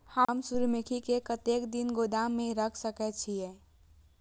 हम सूर्यमुखी के कतेक दिन गोदाम में रख सके छिए?